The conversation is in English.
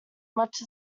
much